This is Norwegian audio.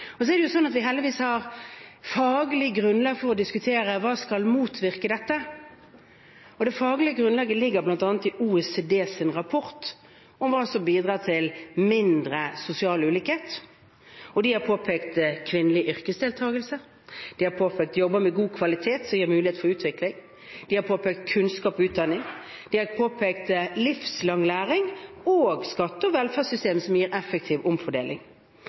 Heldigvis har vi faglig grunnlag for å diskutere hva som skal motvirke dette. Det faglige grunnlaget ligger bl.a. i OECDs rapport om hva som bidrar til mindre sosial ulikhet. De har påpekt kvinnelig yrkesdeltakelse, de har påpekt jobber med god kvalitet som gir mulighet for utvikling, de har påpekt kunnskap og utdanning, de har påpekt livslang læring og skatte- og velferdssystem som gir effektiv omfordeling.